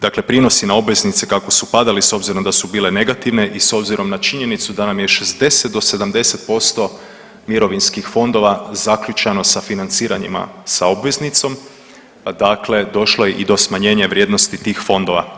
Dakle, prinosi na obveznice kako su padale s obzirom da su bile negativne i s obzirom na činjenicu da nam je 60 do 70% mirovinskih fondova zaključano sa financiranjima sa obveznicom, dakle došlo je i do smanjenja vrijednosti tih fondova.